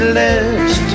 list